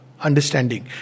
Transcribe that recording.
understanding